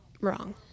wrong